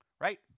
right